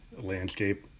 landscape